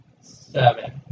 Seven